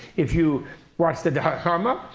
if you watch the dalai lama,